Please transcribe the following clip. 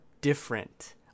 different